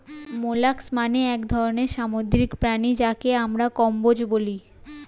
molluscs মানে এক ধরনের সামুদ্রিক প্রাণী যাকে আমরা কম্বোজ বলি